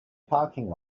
parking